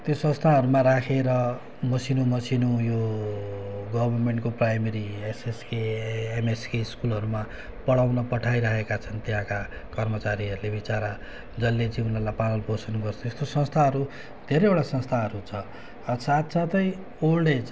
त्यो संस्थाहरूमा राखेर मसिनो मसिनो यो गभर्नमेन्ट प्राइमेरी एसएसके एमएसके स्कुलहरूमा पढाउन पठाइ रहेका छन् त्यहाँका कर्मचारीहरूले बिचरा जसले चाहिँ उनीहरूलाई पालनपोषण गर्छ त्यस्तो संस्थाहरू धेरैवटा संस्थाहरू छ साथसाथै ओल्ड एज